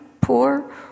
poor